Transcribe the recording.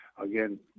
again